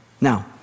Now